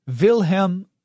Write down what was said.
Wilhelm